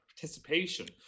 participation